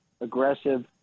aggressive